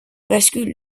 bascule